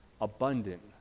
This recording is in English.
abundant